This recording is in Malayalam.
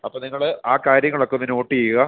അപ്പോൾ നിങ്ങൾ ആ കാര്യങ്ങളൊക്കെ ഒന്ന് നോട്ട് ചെയ്യുക